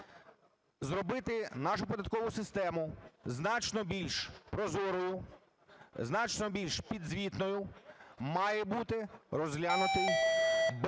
зробити нашу податкову систему значно більш прозорою, значно більш підзвітною, має бути розглянутий без